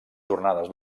jornades